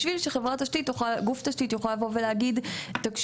בשביל שגוף תשתית יוכל לבוא ולהגיד: ״תקשיבי,